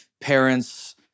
parents